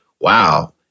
wow